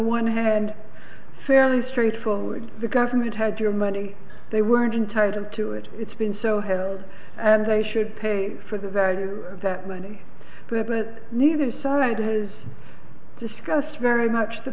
one hand fairly straightforward the government had your money they weren't entitled to it it's been so held and they should pay for the value of that money but neither side has discussed very much the